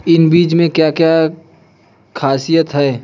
इन बीज में क्या क्या ख़ासियत है?